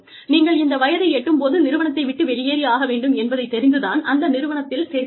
நீங்கள் இந்த வயதை எட்டும் போது நிறுவனத்தை விட்டு வெளியேறி ஆக வேண்டும் என்பதை தெரிந்து தான் அந்த நிறுவனத்தில் சேர்கிறீர்கள்